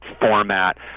format